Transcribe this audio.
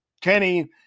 Kenny